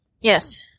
Yes